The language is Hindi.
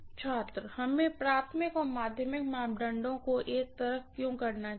छात्र हमें प्राइमरी और सेकेंडरी मापदंडों को एक तरफ क्यों करना चाहिए